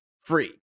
free